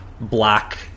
black